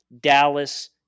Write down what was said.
Dallas